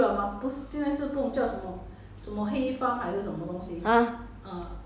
farmville ah 现在还在玩 farmville